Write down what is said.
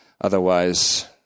Otherwise